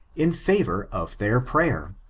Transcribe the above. in favor of their prayer.